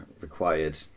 required